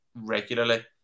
regularly